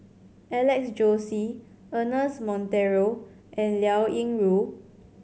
Alex Josey Ernest Monteiro and Liao Yingru